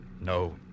No